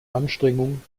anstrengungen